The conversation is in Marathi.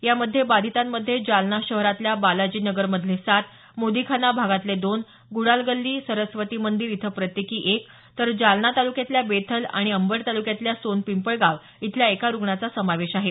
यामध्ये बाधितांमध्ये जालना शहरातल्या बालाजी नगरमधले सात मोदीखाना भागातले दोन गुडलागल्ली सरस्वती मंदिर इथं प्रत्येकी एक तर जालना तालुक्यातल्या बेथल आणि अंबड तालुक्यातल्या सोनपिंपळगाव इथल्या एका रुग्णाचा समावेश आहे